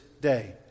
day